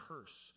curse